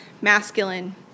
masculine